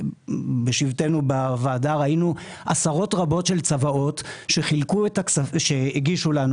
בשבתנו בוועדה ראינו עשרות רבות של צוואות שהגישו לנו,